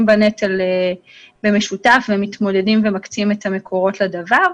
בנטל במשותף ומתמודדים ומקצים את המקורות לדבר.